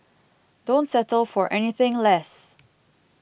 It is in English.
don't settle for anything less